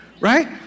right